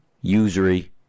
usury